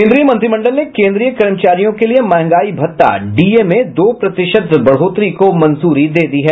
केंद्रीय मंत्रिमंडल ने केंद्रीय कर्मचारियों के लिए महंगाई भत्ता डीए में दो प्रतिशत बढोतरी को मंजूरी दे दी है